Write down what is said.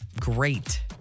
great